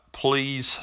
please